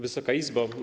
Wysoka Izbo!